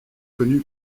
connu